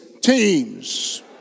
teams